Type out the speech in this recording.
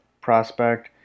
prospect